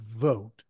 vote